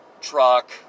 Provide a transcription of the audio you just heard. truck